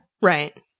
Right